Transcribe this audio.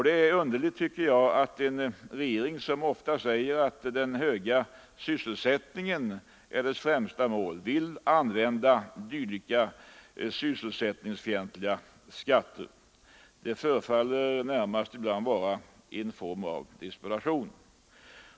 Det är underligt att en regering som ofta säger att den höga sysselsättningen är dess främsta mål vill använda dylika sysselsättningsfientliga skatter. Det förefaller ibland närmast vara ett utslag av desperation.